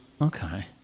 Okay